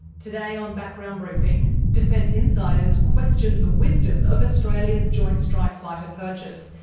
today on background briefing defence insiders question the wisdom of australia's joint strike fighter purchase,